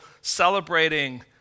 celebrating